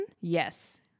Yes